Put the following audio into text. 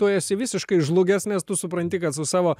tu esi visiškai žlugęs nes tu supranti kad su savo